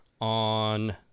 on